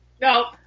No